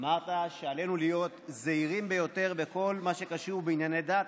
אמרת שעלינו להיות זהירים ביותר בכל מה שקשור בענייני דת,